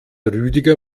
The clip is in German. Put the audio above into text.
rüdiger